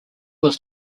was